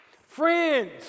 Friends